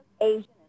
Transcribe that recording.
Asian